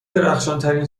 درخشانترین